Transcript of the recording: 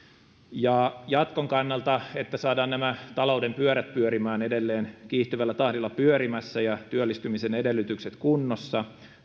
jatkon kannalta että saadaan nämä talouden pyörät pyörimään edelleen kiihtyvällä tahdilla ja pidettyä työllistymisen edellytykset kunnossa